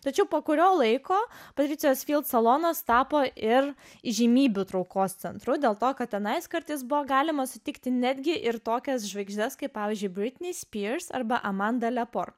tačiau po kurio laiko alonas tapo ir įžymybių traukos centru dėl to kad tenais kartais buvo galima sutikti netgi ir tokias žvaigždes kaip pavyzdžiui